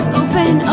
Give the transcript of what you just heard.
open